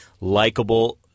likable